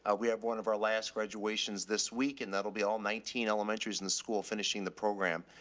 ah we have one of our last graduations this week and that'll be all nineteen elementary is in the school finishing the program.